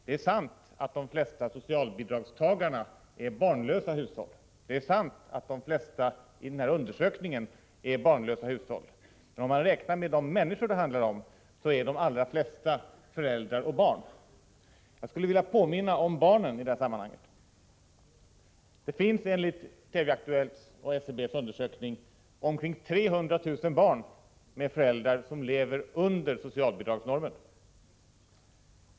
Det är sant att de flesta socialbidragstagare enligt denna undersökning är barnlösa hushåll. Men om man räknar med de människor det handlar om, så är de allra flesta föräldrar och barn. Jag skulle vilja påminna om barnen i det här sammanhanget. Enligt TV-Aktuellts och SCB:s undersökning häromveckan finns det omkring 300 000 barn med föräldrar som lever under socialbidragsnormen.